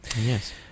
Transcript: Yes